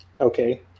okay